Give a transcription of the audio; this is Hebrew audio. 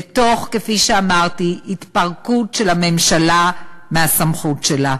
ותוך, כפי שאמרתי, התפרקות של הממשלה מהסמכות שלה.